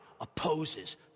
opposes